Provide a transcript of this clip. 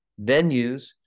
venues